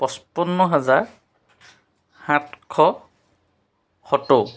পঁচপন্ন হাজাৰ সাতশ সত্তৰ